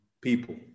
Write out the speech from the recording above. people